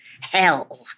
hell